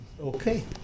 Okay